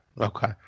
Okay